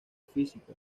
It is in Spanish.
física